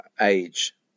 age